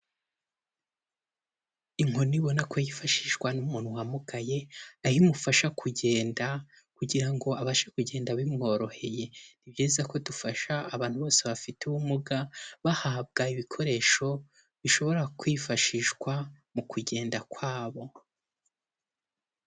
Inkoni ubona ko yifashishwa n'umuntu wamugaye, aho imufasha kugenda, kugira ngo abashe kugenda bimworoheye. Ni byiza ko dufasha abantu bose bafite ubumuga, bahabwa ibikoresho bishobora kwifashishwa mu kugenda kwabo.